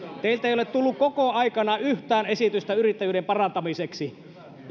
teiltä ei ole tullut koko aikana yhtään esitystä yrittäjyyden parantamiseksi